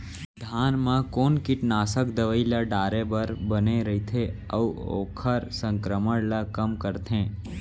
धान म कोन कीटनाशक दवई ल डाले बर बने रइथे, अऊ ओखर संक्रमण ल कम करथें?